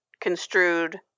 construed